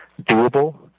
doable